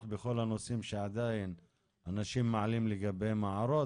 בכל הנושאים שעדיין אנשים מעלים לגביהם הערות,